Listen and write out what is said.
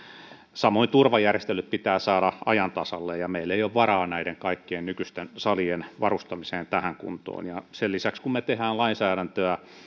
samoin turvajärjestelyt pitää saada ajan tasalle ja meillä ei ole varaa näiden kaikkien nykyisten salien varustamiseen tähän kuntoon sen lisäksi kun me teemme lainsäädäntöä